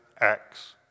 ACTS